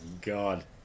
God